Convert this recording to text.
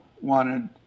wanted